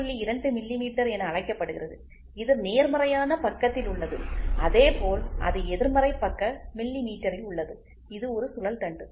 2 millimetre என அழைக்கப்படுகிறது இது நேர்மறையான பக்கத்தில் உள்ளது அதே போல் அது எதிர்மறை பக்க மில்லிமீட்டரில் உள்ளது இது ஒரு சுழல் தண்டு